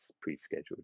pre-scheduled